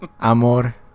Amor